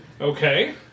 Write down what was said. Okay